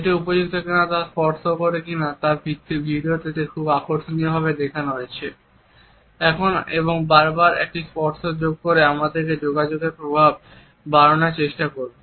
এটি উপযুক্ত কিনা তা স্পর্শ করে কিনা তা এই ভিডিওতে খুব আকর্ষণীয়ভাবে দেখানো হয়েছে। এখন এবং বারবার একটি স্পর্শ যোগ করে আপনার যোগাযোগের প্রভাব বাড়ানোর চেষ্টা করুন